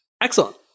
Excellent